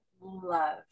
love